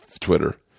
Twitter